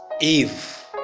Eve